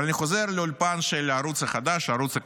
אבל אני חוזר לאולפן של הערוץ החדש, ערוץ הכלכלה.